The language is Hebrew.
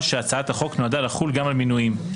שהצעת החוק נועדה לחול גם על מינויים,